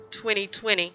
2020